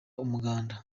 umuganda